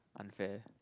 unfair